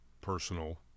Personal